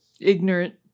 ignorant